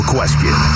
Question